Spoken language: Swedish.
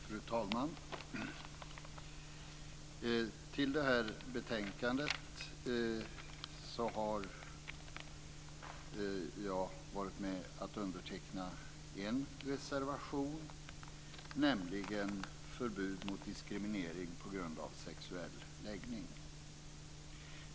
Fru talman! Till detta betänkande har jag varit med att underteckna en reservation, nämligen om förbud mot diskriminering på grund av sexuell läggning.